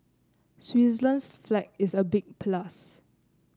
Switzerland's flag is a big plus